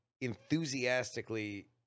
enthusiastically